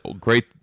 great